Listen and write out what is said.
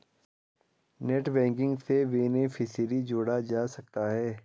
net banking से beneficiary जोड़ा जा सकता है